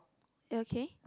okay